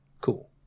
cool